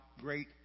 great